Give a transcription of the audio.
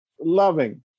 loving